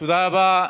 תודה רבה.